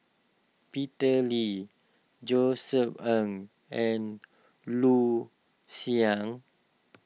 Peter Lee Josef Ng and Loo